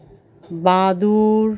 বাদুড়